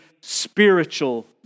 spiritual